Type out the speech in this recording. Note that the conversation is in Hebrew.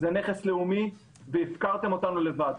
זה נכס לאומי והפקרתם אותנו לבד.